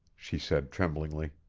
she said tremblingly.